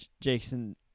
Jason